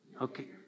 Okay